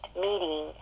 meeting